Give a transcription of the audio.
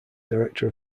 director